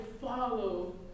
follow